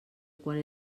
quan